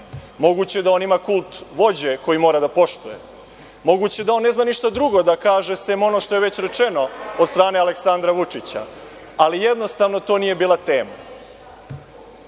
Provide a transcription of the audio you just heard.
Moguće je da on ima kult vođe koji mora da poštuje. Moguće je da on ne zna ništa drugo da kaže sem onog što je već rečeno od strane Aleksandra Vučića, ali jednostavno, to nije bila tema. Bilo